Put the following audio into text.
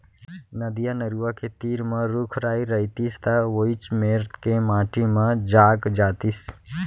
नदिया, नरूवा के तीर म रूख राई रइतिस त वोइच मेर के माटी म जाग जातिस